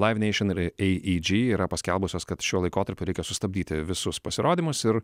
live nation ir aeg yra paskelbusios kad šiuo laikotarpiu reikia sustabdyti visus pasirodymus ir